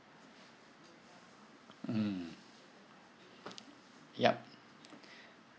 mm yup